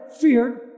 feared